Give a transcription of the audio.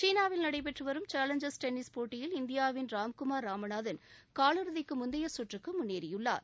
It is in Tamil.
சீனாவில் நடைபெற்று வரும் சேலஞ்சர்ஸ் டென்னிஸ் போட்டியில் இந்தியாவின் ராம்குமார் ராமநாதன் காலிறுதிக்கு முந்தைய சுற்றுக்கு முன்னேறியுள்ளார்